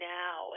now